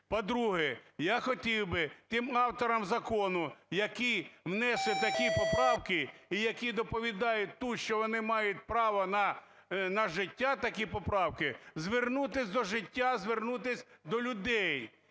По-друге, я хотів би тим авторам закону, які внесли такі поправки і які доповідають тут, що вони мають право на життя такі поправки, звернутись до життя, звернутись до людей,